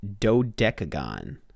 Dodecagon